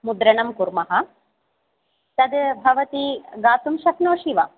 मुद्रणं कुर्मः तत् भवती गातुं शक्नोषि वा